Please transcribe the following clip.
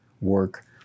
work